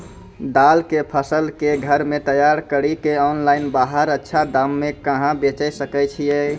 दाल के फसल के घर मे तैयार कड़ी के ऑनलाइन बाहर अच्छा दाम मे कहाँ बेचे सकय छियै?